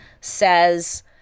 says